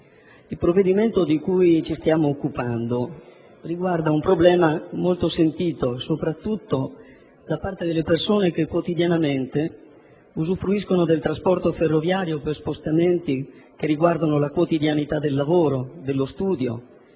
il provvedimento di cui ci stiamo occupando riguarda un problema molto sentito soprattutto da parte delle persone che, quotidianamente, usufruiscono del trasporto ferroviario per spostamenti necessari per il lavoro, lo studio